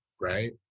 right